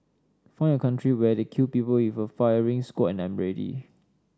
find a country where they kill people with a firing squad and I'm ready